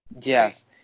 yes